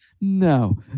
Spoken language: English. No